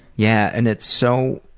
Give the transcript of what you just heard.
yeah, and it's so